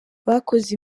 bakoze